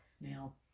Now